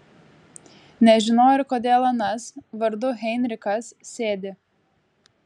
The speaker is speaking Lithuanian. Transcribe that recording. nežinojo ir kodėl anas vardu heinrichas sėdi